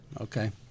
Okay